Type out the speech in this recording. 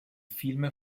film